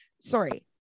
sorry